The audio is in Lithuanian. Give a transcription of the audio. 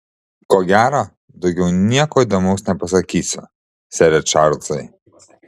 ko gero daugiau nieko įdomaus nepasakysiu sere čarlzai